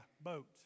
boat